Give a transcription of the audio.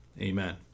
Amen